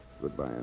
Goodbye